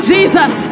Jesus